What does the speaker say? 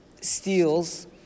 steals